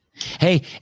Hey